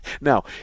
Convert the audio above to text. Now